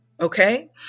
okay